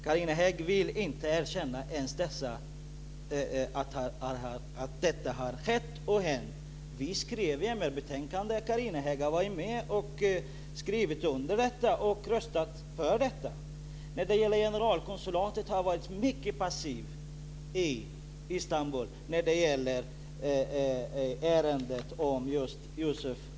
Carina Hägg vill inte ens erkänna att detta har skett. Vi skrev om det i MR-betänkandet. Carina Hägg har varit med och skrivit under detta och röstat för det. Generalkonsultatet i Istanbul har var varit mycket passivt i ärendet om Yusuf Akbulut.